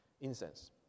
Incense